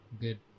Good